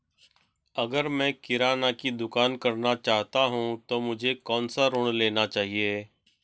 अगर मैं किराना की दुकान करना चाहता हूं तो मुझे कौनसा ऋण लेना चाहिए?